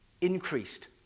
increased